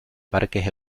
parques